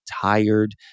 tired